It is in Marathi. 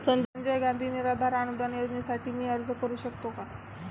संजय गांधी निराधार अनुदान योजनेसाठी मी अर्ज करू शकतो का?